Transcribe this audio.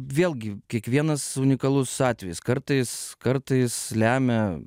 vėlgi kiekvienas unikalus atvejis kartais kartais lemia